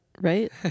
right